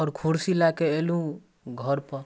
आओर कुरसी लऽ कऽ अएलहुँ घरपर